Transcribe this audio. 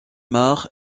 mare